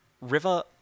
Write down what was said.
river